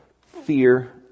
fear